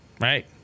right